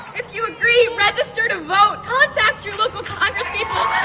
you agree, register to vote, contact your local congress people